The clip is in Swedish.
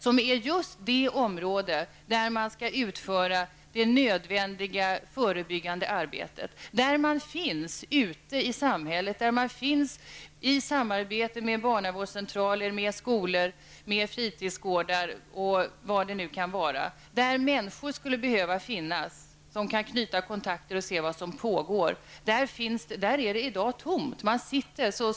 Det är just där det nödvändiga förebyggande arbetet sker där man finns ute i samhället -- i samarbete med barnavårdscentraler, skolor, fritidsgårdar och vad det nu kan vara. Där skulle människor behöva finnas som kan knyta kontakter och se vad som pågår. Men där är det i dag tomt.